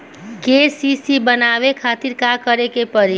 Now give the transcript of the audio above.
KCC बनवावे खातिर का करे के पड़ी?